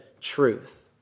truth